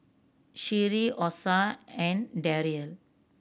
Sherie Osa and Derrell